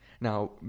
Now